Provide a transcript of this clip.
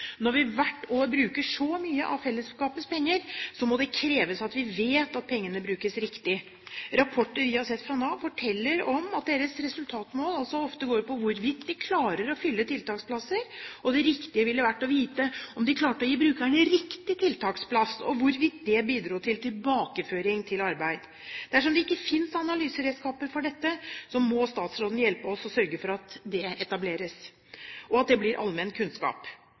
Når vi hvert år bruker så mye av fellesskapets penger, må det kreves at vi vet at pengene brukes riktig. Rapporter vi har sett fra Nav, forteller at deres resultatmål ofte går på hvorvidt de klarer å fylle tiltaksplasser. Det riktige ville vært å vite om de klarte å gi brukerne riktige tiltaksplasser, og hvorvidt det bidro til tilbakeføring til arbeid. Dersom det ikke finnes analyseredskaper for dette, må statsråden hjelpe oss og sørge for at det etableres, og at det blir allmenn kunnskap.